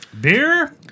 Beer